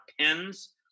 pens